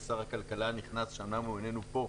אומנם שר הכלכלה הנכנס לא פה,